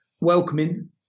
welcoming